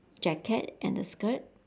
jacket and the skirt